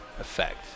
effect